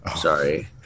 Sorry